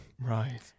right